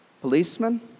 policemen